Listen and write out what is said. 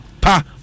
pa